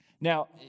Now